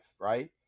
right